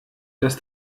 dass